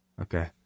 Okay